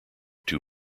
two